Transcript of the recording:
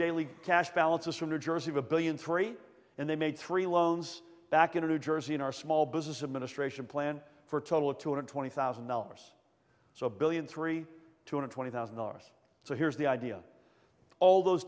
daily cash balances from new jersey of a billion three and they made three loans back in a new jersey in our small business administration plan for a total of two hundred twenty thousand dollars so a billion three hundred twenty thousand dollars so here's the idea all those